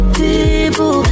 people